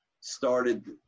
started